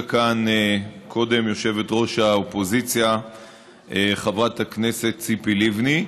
כאן קודם יושבת-ראש האופוזיציה חברת הכנסת ציפי לבני,